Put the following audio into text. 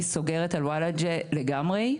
היא סוגרת על וולאג'ה לגמרי,